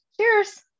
cheers